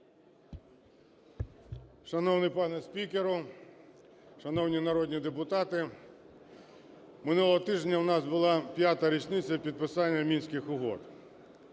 Шановний пане спікере, шановні народні депутати! Минулого тижня у нас була п'ята річниця підписання Мінських угод.